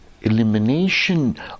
elimination